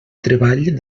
treball